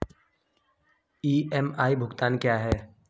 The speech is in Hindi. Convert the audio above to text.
ई.एम.आई भुगतान क्या है?